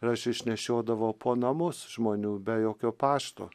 ir aš išnešiodavau po namus žmonių be jokio pašto